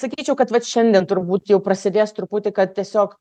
sakyčiau kad vat šiandien turbūt jau prasidės truputį kad tiesiog